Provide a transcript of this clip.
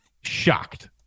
Shocked